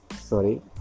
Sorry